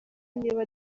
niba